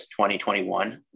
2021